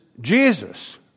Jesus